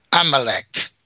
Amalek